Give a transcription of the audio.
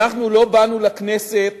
אנחנו לא באנו לכנסת